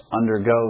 undergo